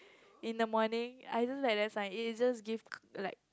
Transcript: in the morning I just like that's like is just give c~ like